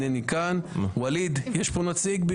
ווליד, יש כאן נציג?